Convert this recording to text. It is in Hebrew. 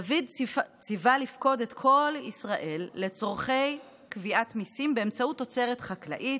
דוד ציווה לפקוד את כל ישראל לצורכי קביעת מיסים באמצעות תוצרת חקלאית,